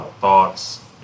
thoughts